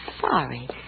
sorry